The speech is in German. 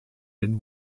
den